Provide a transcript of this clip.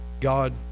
God